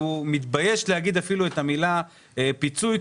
מתבייש להגיד את המילה פיצוי,